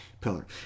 pillar